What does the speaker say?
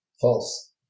False